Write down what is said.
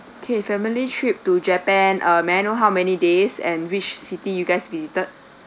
okay family trip to japan uh may I know how many days and which city you guys visited